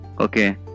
Okay